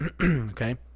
Okay